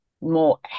more